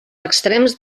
extrems